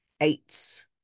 eight